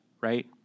right